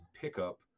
pickup